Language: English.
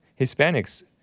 Hispanics